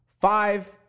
Five